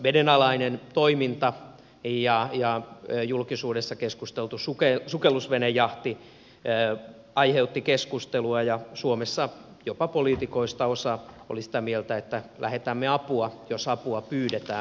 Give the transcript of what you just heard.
vedenalainen toiminta ja julkisuudessa keskusteltu sukellusvenejahti aiheuttivat keskustelua ja suomessa jopa poliitikoista osa oli sitä mieltä että lähetämme apua jos apua pyydetään